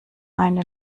eine